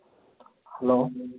hello